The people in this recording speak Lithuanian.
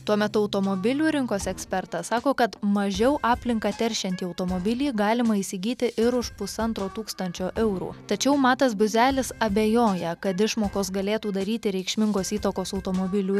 tuo metu automobilių rinkos ekspertas sako kad mažiau aplinką teršiantį automobilį galima įsigyti ir už pusantro tūkstančio eurų tačiau matas buzelis abejoja kad išmokos galėtų daryti reikšmingos įtakos automobilių